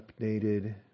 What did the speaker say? updated